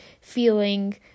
feeling